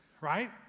right